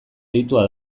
deitua